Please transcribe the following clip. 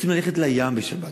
רוצים ללכת לים בשבת,